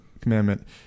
Commandment